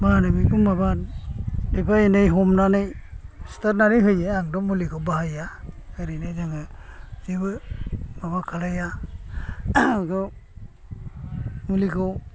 मा होनो बिखौ माबा एफा एनै हमनानै सिथारनानै होयो आंथ' मुलिखौ बाहाया एरैनो जोङो जेबो माबा खालामा आंथ' मुलिखौ